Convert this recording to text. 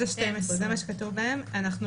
עד 12. זה מה שכתוב בהם.